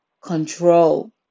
control